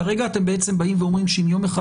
כרגע אתם באים ואומרים שאם ליום אחד